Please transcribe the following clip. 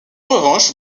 revanche